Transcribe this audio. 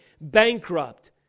bankrupt